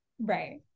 Right